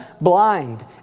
blind